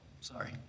sorry